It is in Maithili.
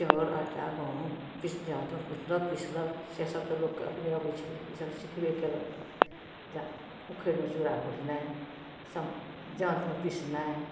चाउर आटा गहूम पीसि जाँतमे कुटलक पिसलक से सब तऽ लोकके अपने अबै छलै ईसब सिखबे कएलक जाँत उक्खड़िमे चूड़ा कुटनाइ सम जाँतमे पिसनाइ